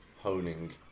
honing